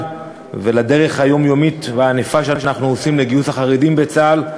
והדרך היומיומית והענפה שלנו לגיוס החרדים בצה"ל.